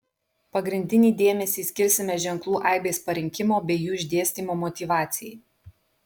pagrindinį dėmesį skirsime ženklų aibės parinkimo bei jų išdėstymo motyvacijai